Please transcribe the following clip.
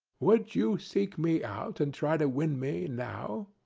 would you seek me out and try to win me now?